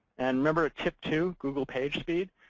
and remember tip two, google pagespeed?